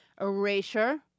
erasure